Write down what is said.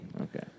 Okay